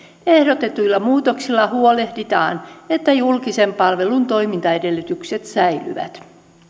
ehdotetuilla muutoksilla huolehditaan että julkisen palvelun toimintaedellytykset säilyvät